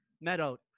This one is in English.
Meadow